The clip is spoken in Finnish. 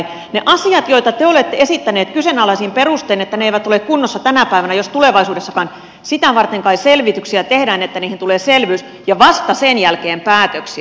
kun on niitä asioita joita te olette esittäneet kyseenalaisin perustein että ne eivät ole kunnossa tänä päivänä jos tulevaisuudessakaan niin sitä varten kai selvityksiä tehdään että niihin tulee selvyys ja vasta sen jälkeen päätöksiä